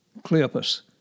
Cleopas